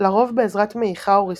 לרוב בעזרת מעיכה או ריסוק.